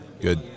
Good